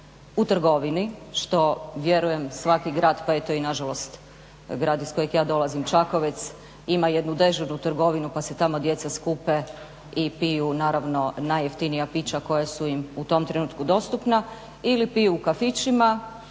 u trgovini što vjerujem svaki grad pa eto i nažalost grad iz kojeg ja dolazim, Čakovec ima jednu dežurnu trgovinu pa se tamo djeca skupe i piju naravno najjeftinija pića koja su im u tom trenutku dostupna ili piju u kafićima